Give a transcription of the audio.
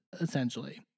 essentially